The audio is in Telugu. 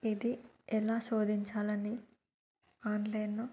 ఇది ఎలా శోధించాలని ఆన్లైన్లో